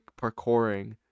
parkouring